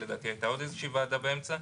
לדעתי הייתה עוד איזושהי ועדה באמצע,